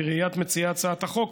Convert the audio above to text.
בראיית מציעי הצעת החוק,